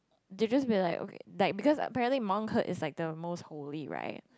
they just be like okay like because apparently monkhood is like the most holy right